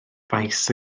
faes